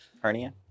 hernia